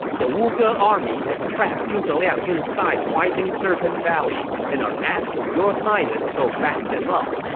the wuge army has trapped zhuge liang inside winding serpent valley and are asking your highness to go back them up.